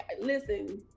listen